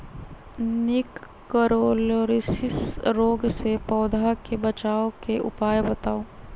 निककरोलीसिस रोग से पौधा के बचाव के उपाय बताऊ?